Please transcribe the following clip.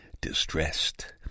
distressed